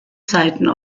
zeiten